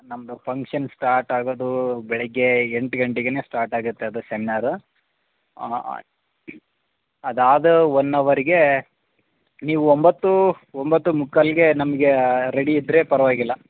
ನಮ್ಮದು function start ಆಗೋದೂ ಬೆಳಗ್ಗೆ ಎಂಟು ಗಂಟೆಗೆನೆ ಸ್ಟಾರ್ಟ್ ಆಗತ್ತೆ ಅದು ಸೆಮ್ನಾರು ಅದಾದ ಒನ್ ಅವರ್ಗೆ ನೀವು ಒಂಬತ್ತು ಒಂಬತ್ತು ಮುಕ್ಕಾಲಿಗೆ ನಮಗೆ ರೆಡಿ ಇದ್ದರೆ ಪರವಾಗಿಲ್ಲ